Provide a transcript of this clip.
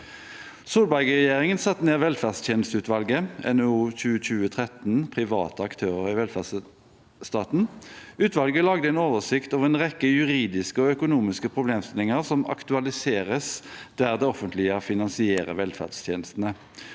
Solberg-regjeringen satte ned velferdstjenesteutvalget, jf. NOU 2020: 13 Private aktører i velferdsstaten. Ut valget lagde en oversikt over en rekke juridiske og økonomiske problemstillinger som aktualiseres der det offentlige finansierer velferdstjenester.